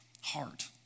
heart